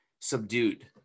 subdued